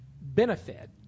benefit